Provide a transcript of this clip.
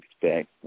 expect